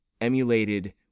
emulated